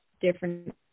different